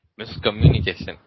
miscommunication